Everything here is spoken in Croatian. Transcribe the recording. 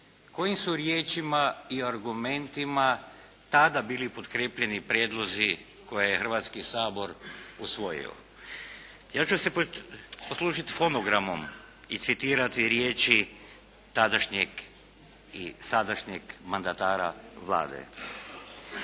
kojim su riječima i argumentima tada bili potkrijepljeni prijedlozi koje je Hrvatski sabor usvojio. Ja ću se poslužiti fonogramom i citirati riječi tadašnjeg i sadašnjeg mandatara Vlade.